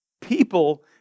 people